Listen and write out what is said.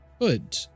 hood